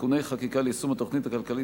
(תיקוני חקיקה ליישום התוכנית הכלכלית